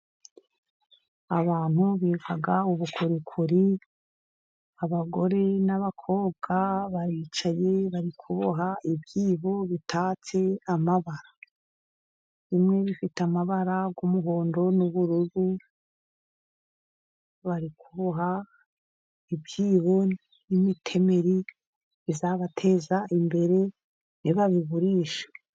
Abantu biga ubukorikori, abagore n'abakobwa baricaye bari kuboha ibyibo bitatse amabara. Bimwe bifite amabara y'umuhondo n'ubururu. Bari kuboha ibyibo imitemeri bizabateza imbere nibabigurisha.